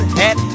hat